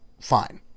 fine